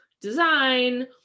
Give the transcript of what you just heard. design